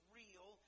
real